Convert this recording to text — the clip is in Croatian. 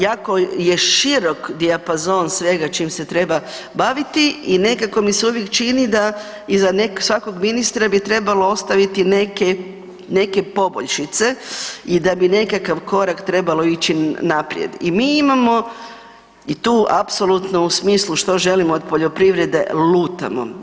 Jako je širok dijapazon svega čim se treba baviti i nekako mi se uvijek čini da iza svakog ministra bi trebalo ostaviti neke, neke poboljšice i da bi nekakav korak trebalo ići naprijed i mi imamo i tu apsolutno u smislu što želimo od poljoprivrede, lutamo.